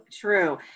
true